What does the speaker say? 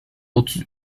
otuz